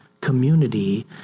community